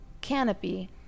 canopy